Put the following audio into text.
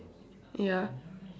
ya